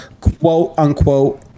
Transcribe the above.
quote-unquote